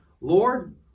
Lord